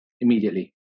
immediately